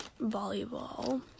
Volleyball